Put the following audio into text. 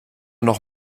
noch